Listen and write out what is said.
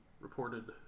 reported